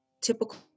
typical